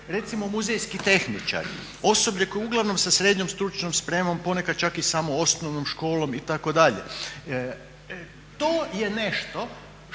recimo muzejski tehničar. Osoblje koje uglavnom sa srednjom stručnom spremom, ponekad samo čak i osnovnom školom itd., to je nešto